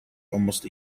almost